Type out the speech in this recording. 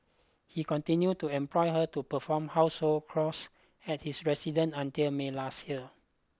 he continued to employ her to perform household at his residence until May last year